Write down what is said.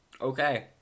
Okay